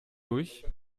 durch